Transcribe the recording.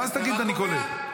ואז תגיד: אני קולט.